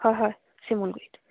হয় হয় শিমলুগুড়িত